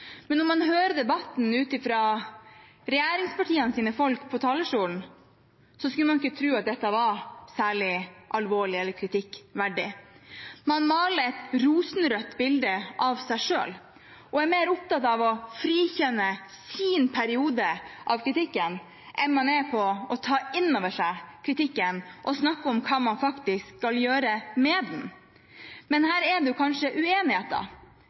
når man hører debatten og regjeringspartienes folk på talerstolen, skulle man ikke tro at dette var særlig alvorlig eller kritikkverdig. Man maler et rosenrødt bilde av seg selv og er mer opptatt av å frikjenne sin periode, enn man er av å ta inn over seg kritikken og snakke om hva man faktisk skal gjøre med den. Her er det kanskje uenigheter,